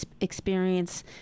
experience